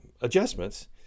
adjustments